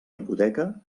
hipoteca